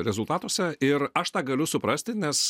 rezultatuose ir aš tą galiu suprasti nes